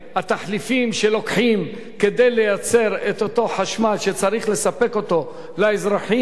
התחליפים שלוקחים כדי לייצר את אותו חשמל שצריך לספק אותו לאזרחים,